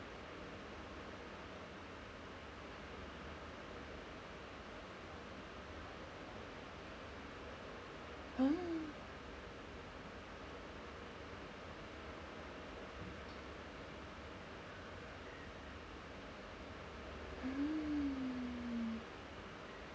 mm